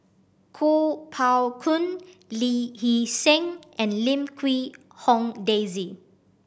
Kuo Pao Kun Lee Hee Seng and Lim Quee Hong Daisy